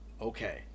okay